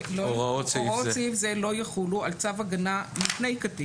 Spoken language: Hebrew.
שהוראות סעיף זה לא יחולו על צו הגנה מפני קטין.